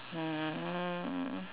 um